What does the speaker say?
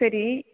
சரி